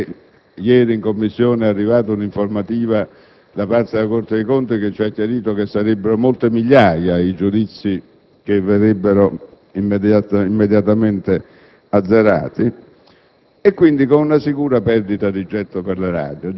è stato possibile quantificare. Ieri in Commissione è pervenuta un'informativa da parte della Corte dei conti che ci ha chiarito che sarebbero molte migliaia i giudizi che verrebbero immediatamente azzerati,